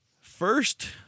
First